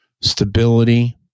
stability